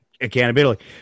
Accountability